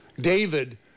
David